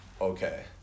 okay